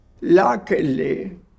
Luckily